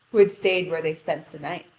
who had stayed where they spent the night.